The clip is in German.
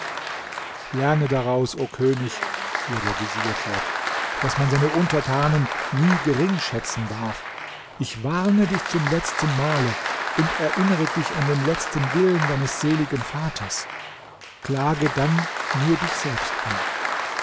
lerne daraus o könig fuhr der vezier fort daß man seine untertanen nie geringschätzen darf ich warne dich zum letzten male und erinnere dich an den letzten willen deines seligen vaters klage dann nur dich selbst an